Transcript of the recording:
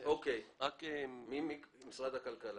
לסעיפים (ג)